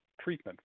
treatment